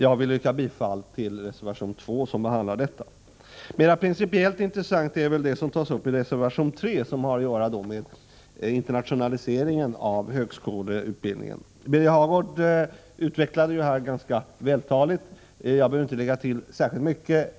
Jag yrkar bifall till reservation 2 där denna fråga behandlas. Det principiellt intressanta tas upp i reservation 3, som gäller högskolans internationalisering. Birger Hagård har ju utvecklat det hela ganska vältaligt, varför jag inte behöver tillägga särskilt mycket.